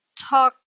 talk